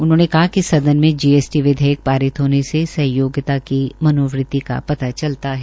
उन्होंने कहा कि सदन में जीएसटी विधेयक पारित होने से सहयोगता की मनोवृति का पता चलता है